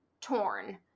torn